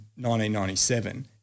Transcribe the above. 1997